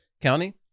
County